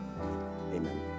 amen